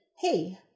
hey